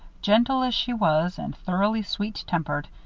gentle as she was and thoroughly sweet-tempered,